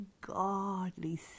godly